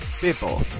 People